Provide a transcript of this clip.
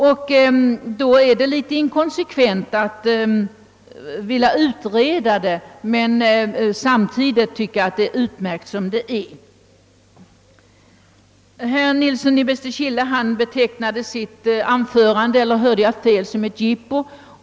Därför är det litet inkonsekvent att vilja utreda saken men samtidigt tycka att det är: utmärkt som det nu är. : Herr Nilsson i Bästekille betecknade, om jag inte hörde fel, sitt anförande som ett jippo.